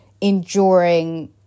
enduring